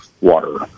water